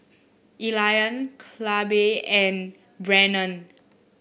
Elian Clabe and Brennon